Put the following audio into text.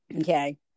Okay